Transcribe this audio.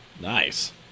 Nice